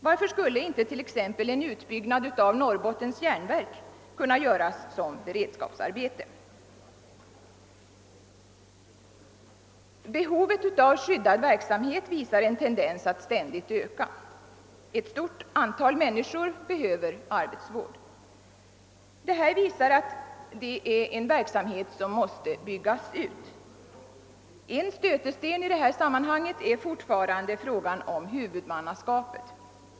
Varför skulle inte t.ex. en utbyggnad av Norrbottens järnverk kunna göras som beredskapsarbete? 'en tendens att ständigt öka. Ett stort antal människor behöver arbetsvård. Detta visar att denna verksamhet måste byggas ut. En stötesten i sammanhanget är fortfarande frågan om huvudmannaskapet.